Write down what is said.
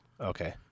Okay